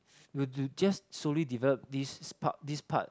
will will just slowly develop this part this part